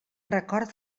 record